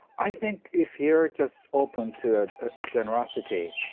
i think if you're just open to ah ah generosity,